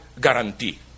guarantee